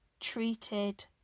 Treated